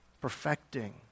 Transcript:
Perfecting